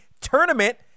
Tournament